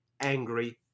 angry